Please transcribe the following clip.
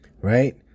Right